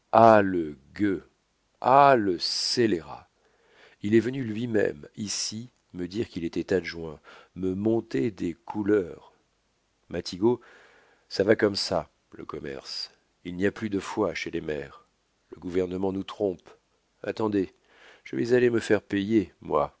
ah le scélérat il est venu lui-même ici me dire qu'il était adjoint me monter des couleurs matigot ça va comme ça le commerce il n'y a plus de foi chez les maires le gouvernement nous trompe attendez je vais aller me faire payer moi